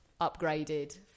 upgraded